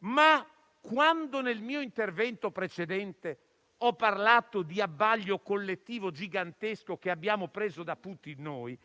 ma quando nel mio intervento precedente ho parlato di abbaglio collettivo gigantesco che noi abbiamo preso da Putin,